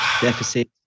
Deficit